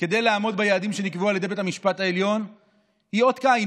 כדי לעמוד ביעדים שנקבעו על ידי בית המשפט העליון היא אות קין,